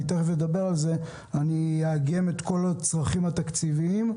אני אאגם את כל הצרכים התקציביים,